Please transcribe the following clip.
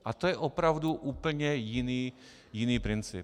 A to je opravdu úplně jiný princip.